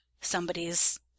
somebody's